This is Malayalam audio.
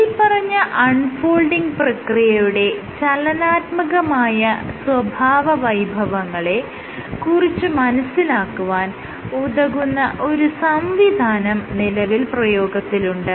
മേല്പറഞ്ഞ അൺ ഫോൾഡിങ് പ്രക്രിയയുടെ ചലനാത്മകമായ സ്വഭാവവൈഭവങ്ങളെ കുറിച്ച് മനസിലാക്കുവാൻ ഉതകുന്ന ഒരു സംവിധാനം നിലവിൽ പ്രയോഗത്തിലുണ്ട്